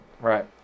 Right